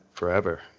Forever